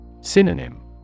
Synonym